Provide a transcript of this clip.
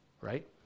right